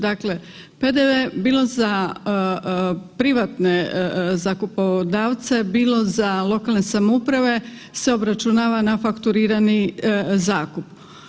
Dakle, PDV bilo za privatne zakupodavce, bilo za lokalne samouprave, se obračunava na fakturirani zakup.